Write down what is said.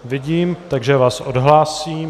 Vidím, takže vás odhlásím.